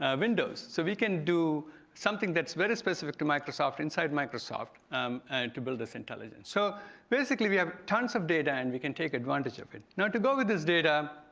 ah windows. so we can do something that's very specific to microsoft inside microsoft um and to build us intelligence. so basically, we have tons of data and we can take advantage of it. now to go with this data,